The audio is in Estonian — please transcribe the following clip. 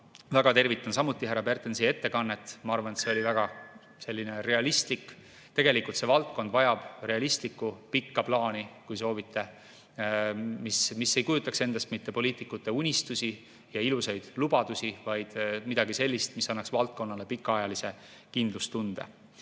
väga tervitan härra Pertensi ettekannet. Ma arvan, et see oli väga realistlik. Tegelikult vajab see valdkond realistlikku pikka plaani, kui soovite, mis ei kujutaks endast mitte poliitikute unistusi ja ilusaid lubadusi, vaid midagi sellist, mis annaks valdkonnale pikaajalise kindlustunde.